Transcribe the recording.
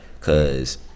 Cause